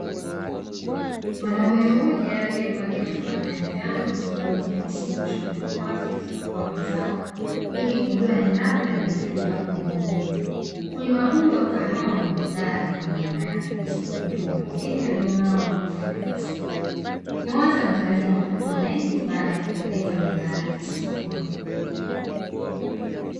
Mwanaume mmoja aliyevalia fulana ya njano na suruali nyeusi, yuko shambani kwake akikagua mazao, ili kujua endapo yanahitajika kuvunwa. Mkulima huyu wa kahawa ni hodari kwa namna yake, kwasababu ya umakini alionao anapofanya kazi hii. Ni wazi anatarajia mapato mengi, baada ya kupeleka bidhaa yake sokoni.